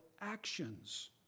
actions